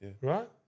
Right